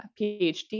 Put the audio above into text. PhD